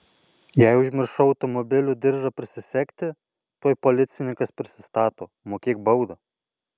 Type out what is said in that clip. jei užmiršau automobilio diržą prisisegti tuoj policininkas prisistato mokėk baudą